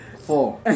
four